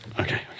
Okay